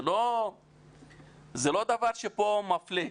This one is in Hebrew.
זה לא דבר מפלה.